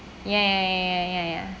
ya ya ya ya ya ya ya